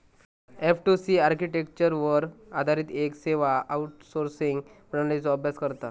F two C आर्किटेक्चरवर आधारित येक सेवा आउटसोर्सिंग प्रणालीचो अभ्यास करता